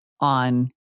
on